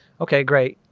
okay, great. you